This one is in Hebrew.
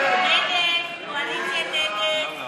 ההסתייגות של חברת הכנסת עליזה